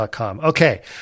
Okay